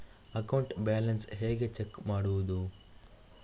Account balance ಹೇಗೆ check ಮಾಡುವುದು?